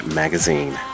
magazine